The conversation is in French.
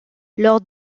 lors